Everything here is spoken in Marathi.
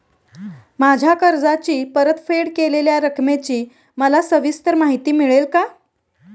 माझ्या कर्जाची परतफेड केलेल्या रकमेची मला सविस्तर माहिती मिळेल का?